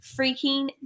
freaking